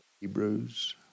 Hebrews